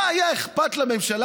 מה אכפת לממשלה,